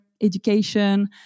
education